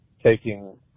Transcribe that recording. taking